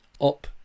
up